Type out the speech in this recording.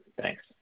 Thanks